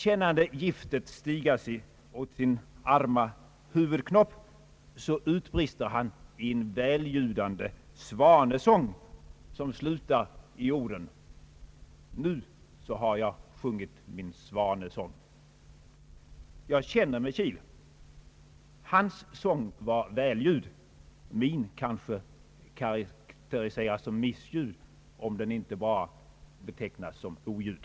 Kännande giftet stiga mot sin arma huvudknopp utbrister han i en välljudande svanesång som slutar i orden: »Nu så har jag sjungit min svanesång.» Jag känner med Chil. Hans sång var välljud — min karakteriseras kanske som missljud; om den inte betecknas bara som oljud.